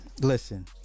Listen